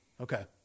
Okay